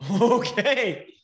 Okay